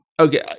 Okay